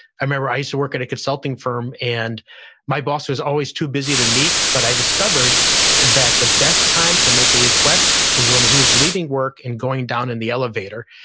i remember i used to work at a consulting firm and my boss was always too busy to meet, but i discovered that the best time to make a request was when he was leaving work and going down in the elevator,